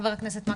חבר הכנסת,